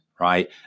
Right